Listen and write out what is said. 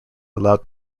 allowed